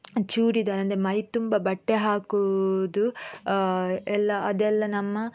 ಚೂಡಿದಾರ್ ಅಂದರೆ ಮೈತುಂಬ ಬಟ್ಟೆ ಹಾಕುವುದು ಎಲ್ಲ ಅದೆಲ್ಲ ನಮ್ಮ